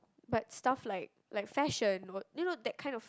but stuff like like fashion what you know that kind of